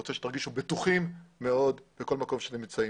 רוצה שתרגישו בטוחות מאוד בכל מקום בו אתן נמצאות.